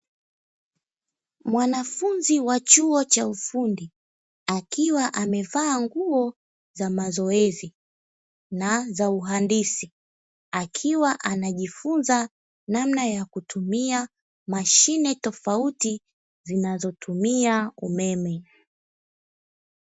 Mwanafunzi wa chuo cha ufundi akiwa amevaa nguo za mazoezi na za uhandisi, akiwa anajifunza namna ya kutumia mashine tofautitofauti zinazotumia umeme.